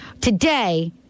today